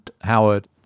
Howard